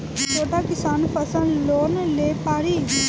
छोटा किसान फसल लोन ले पारी?